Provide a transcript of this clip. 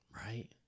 right